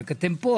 אלא שאתם פה,